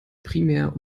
primär